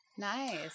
Nice